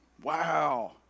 Wow